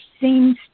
seems